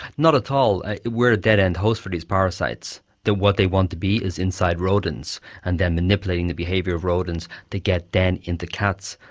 not at all, we're a dead end host for these parasites, what they want to be is inside rodents and then manipulating the behaviour of rodents to get then into cats.